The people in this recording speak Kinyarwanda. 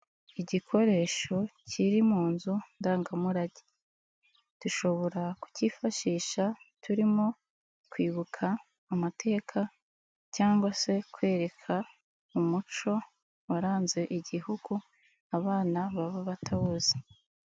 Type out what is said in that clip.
Igikoresho kiri mu nzu ndangamurage, dushobora kukifashisha turimo kwibuka amateka cyangwa se kwereka umuco waranze igihugu abana baba batawuzi.